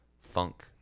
funk